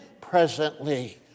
presently